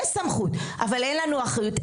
אבל אין לנו אחריות".